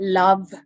love